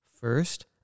First